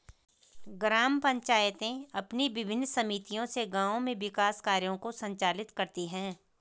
ग्राम पंचायतें अपनी विभिन्न समितियों से गाँव में विकास कार्यों को संचालित करती हैं